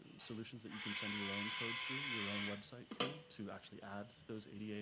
solutions that you can send your own code through, your own website through to actually add those ada